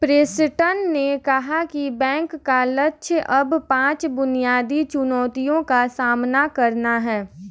Preston ने कहा कि बैंक का लक्ष्य अब पांच बुनियादी चुनौतियों का सामना करना है